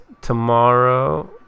tomorrow